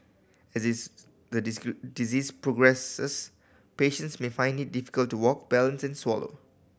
as this the disease progresses patients may find it difficult to walk balance and swallow